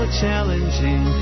challenging